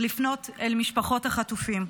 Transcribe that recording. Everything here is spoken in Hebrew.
לפנות אל משפחות החטופים.